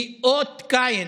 היא אות קין